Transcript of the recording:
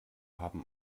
haben